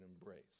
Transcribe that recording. embrace